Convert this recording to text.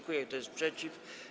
Kto jest przeciw?